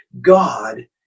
God